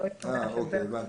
אני מבין,